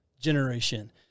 generation